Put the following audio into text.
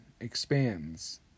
expands